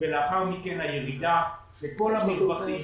ולאחר מכן הירידה לכל הנדבכים,